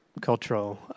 cultural